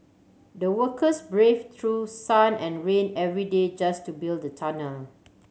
the workers brave through sun and rain every day just to build the tunnel